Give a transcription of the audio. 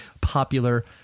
popular